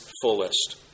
fullest